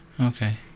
Okay